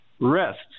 rests